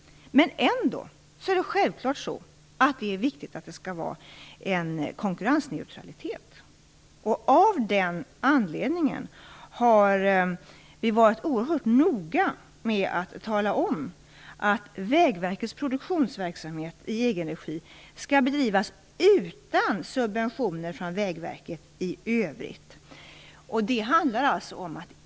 Ändå är det självklart viktigt att det skall finnas en konkurrensneutralitet. Av den anledningen har vi varit oerhört noga med att tala om att Vägverkets produktionsverksamhet i egenregi skall bedrivas utan subventioner från Vägverket i övrigt.